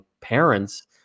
parents